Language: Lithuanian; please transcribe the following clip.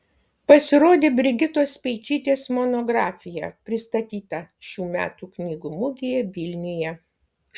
pasirodė brigitos speičytės monografija pristatyta šių metų knygų mugėje vilniuje